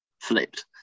Flipped